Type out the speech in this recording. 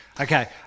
Okay